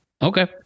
Okay